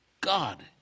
God